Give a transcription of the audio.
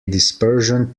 dispersion